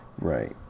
Right